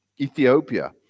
Ethiopia